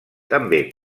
també